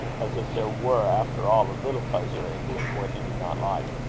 as if there were after all a little pleasure in doing what he did not like.